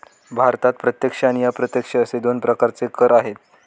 भारतात प्रत्यक्ष आणि अप्रत्यक्ष असे दोन प्रकारचे कर आहेत